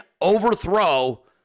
overthrow